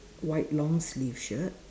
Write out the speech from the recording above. white long sleeved shirt